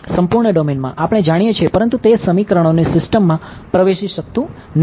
સંપૂર્ણ ડોમેનમાં આપણે જાણીએ છીએ પરંતુ તે સમીકરણોની સિસ્ટમમાં પ્રવેશી શકતું નથી